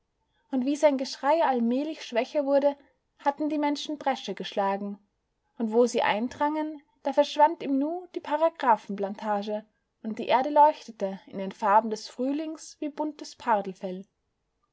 und wie sein geschrei allmählich schwächer wurde hatten die menschen bresche geschlagen und wo sie eindrangen da verschwand im nu die paragraphenplantage und die erde leuchtete in den farben des frühlings wie buntes pardelfell